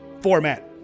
format